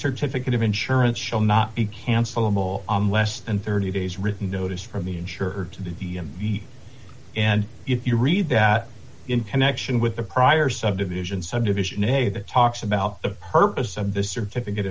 certificate of insurance shall not be cancelable on less than thirty days written notice from the insurer to the d m v and if you read that in connection with a prior subdivision subdivision a that talks about the purpose of the certificate